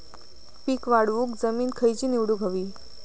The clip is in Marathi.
पीक वाढवूक जमीन खैची निवडुक हवी?